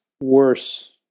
worse